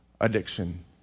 addiction